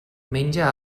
menja